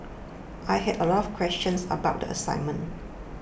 I had a lot of questions about the assignment